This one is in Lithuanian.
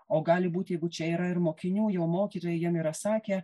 o gali būt jeigu čia yra ir mokinių jau mokytojai jam yra sakę